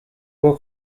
bwo